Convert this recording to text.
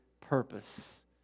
purpose